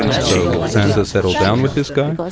so will sansa settle down with this guy?